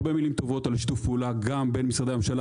הרבה מילים טובות על שיתוף הפעולה בין משרדי הממשלה